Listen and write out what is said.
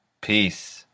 Peace